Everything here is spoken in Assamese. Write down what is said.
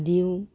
দিওঁ